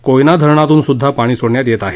कोयना धरणातून सुद्धा पाणी सोडण्यात येत आहे